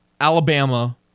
Alabama